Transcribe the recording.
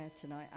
tonight